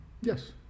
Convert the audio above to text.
Yes